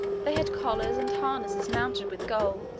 they had collars and harnesses mounted with gold,